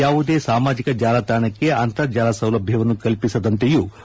ಯಾವುದೇ ಸಾಮಾಜಿಕ ಜಾಲತಾಣಕ್ಕೆ ಅಂತರ್ಜಾಲ ಸೌಲಭ್ಯವನ್ನು ಕಲ್ಪಿಸದಂತೆಯೂ ಸೂಚಿಸಲಾಗಿದೆ